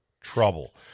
trouble